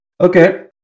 Okay